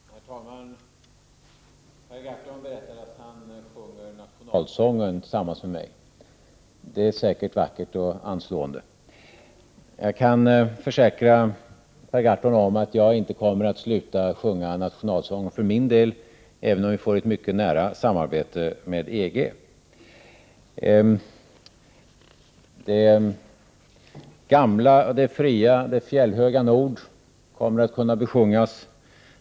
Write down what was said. Herr talman! Per Gahrton berättade att han sjunger nationalsången tillsammans med mig. Det låter säkert vackert och anslående. Jag kan försäkra Per Gahrton om att jag för min del inte kommer att sluta med att sjunga nationalsången, även om vi får ett mycket nära samarbete med EG. Det gamla, det fria och den fjällhöga nord kommer att kunna besjungas.